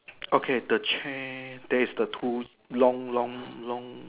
okay the chair there is the two long long long